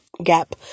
gap